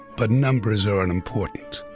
but numbers are unimportant.